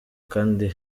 kandi